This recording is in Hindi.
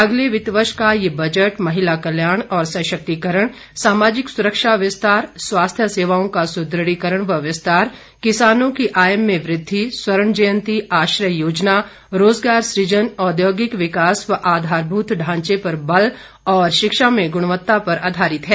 अगले वित्त वर्ष का यह बजट महिला कल्याण और सशक्तिकरण सामाजिक सुरक्षा विस्तार स्वास्थ्य सेवाओं का सुदृढ़ीकरण व विस्तार किसानों की आय में वृद्धि स्वर्ण जयंती आश्रय योजना रोजगार सुजन औद्योगिक विकास व आधारभूत ढांचे पर बल और शिक्षा में गुणवत्ता पर आधारित है